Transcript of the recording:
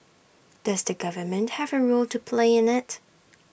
does the government have A role to play in IT